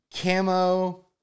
camo